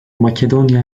makedonya